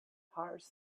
hires